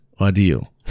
ideal